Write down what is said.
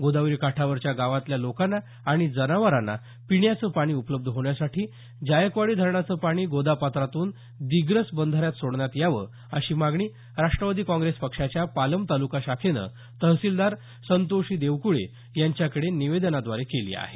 गोदावरी काठावरच्या गावांतल्या लोकांना आणि जनावरांना पिण्याचं पाणी उपलब्ध होण्यासाठी जायकवाडी धरणाचं पाणी गोदापात्रातून दिग्रस बंधाऱ्यात सोडण्यात यावं अशी मागणी राष्टवादी काँग्रेस पक्षाच्या पालम तालुका शाखेनं तहसीलदार संतोषी देवक्ळे यांच्याकडे निवेदनाद्वारे केली आहे